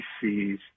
sees